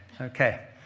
Okay